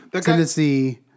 Tennessee